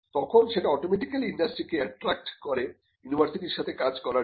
তখন সেটা অটোমেটিক্যালি ইন্ডাস্ট্রিকে এট্রাক্ট করে ইউনিভার্সিটির সাথে কাজ করার জন্য